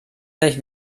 gleich